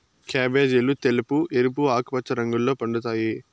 క్యాబేజీలు తెలుపు, ఎరుపు, ఆకుపచ్చ రంగుల్లో పండుతాయి